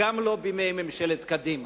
גם לא בימי ממשלת קדימה.